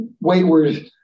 wayward